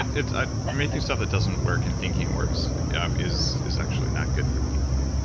it's it's ah making stuff that doesn't work and thinking it works yeah is is actually not good for people.